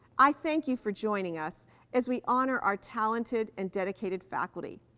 i thank you for joining us as we honor our talented and dedicated faculty.